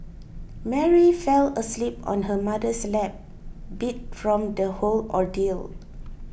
Mary fell asleep on her mother's lap beat from the whole ordeal